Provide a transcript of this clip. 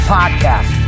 podcast